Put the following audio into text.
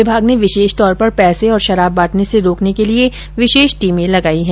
विभाग ने विशेष तौर पर पैसे और शराब बांटने से रोकने के लिए विशेष टीमें लगाई गई हैं